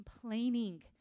complaining